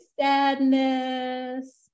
sadness